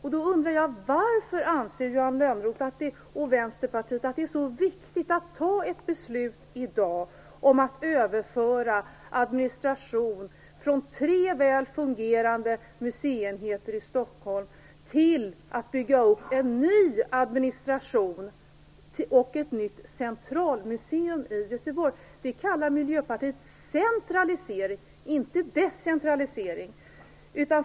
Jag undrar varför Johan Lönnroth och Vänsterpartiet anser att det är så viktigt att fatta ett beslut i dag om att överföra administration från tre väl fungerande museienheter i Stockholm till att bygga upp en ny admnistration och ett nytt centralmuseum i Göteborg? Det kallar Miljöpartiet centralisering, inte decentralisering.